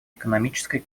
экономической